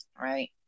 right